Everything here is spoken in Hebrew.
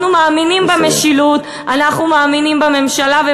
אנחנו מאמינים במשילות,